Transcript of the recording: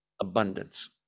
abundance